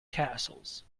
castles